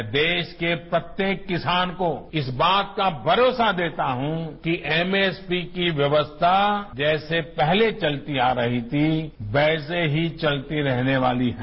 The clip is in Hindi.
मैं देश के प्रत्येक किसान को इस बात का भरोसा देता हूं कि एमएसपी की व्यवस्था जैसे पहले चलती आ रही थी वैसे ही चलती रहने वाली है